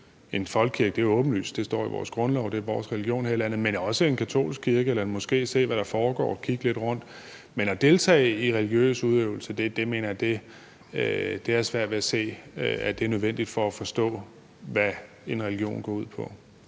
en folkekirke – det er åbenlyst, for det står i vores grundlov, og det er vores religion her i landet – men også en katolsk kirke eller en moské og se, hvad der foregår, og kigge lidt rundt. Men at deltage i religiøs udøvelse har jeg svært ved at se er nødvendigt for at forstå, hvad en religion går ud på.